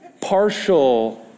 Partial